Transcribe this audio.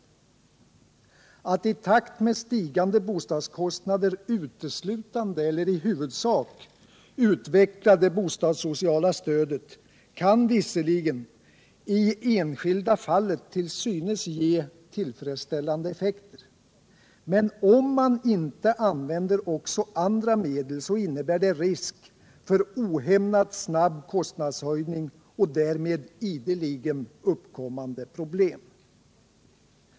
Att i takt med stigande bostadskostnader uteslutande eller i huvudsak utveckla det bostadssociala stödet kan visserligen i det enskilda fallet till synes ge tillfredsställande effekter, men om man inte använder också andra medel innebär det risk för ohämmat snabb kostnadshöjning och därmed ideligen återkommande problem.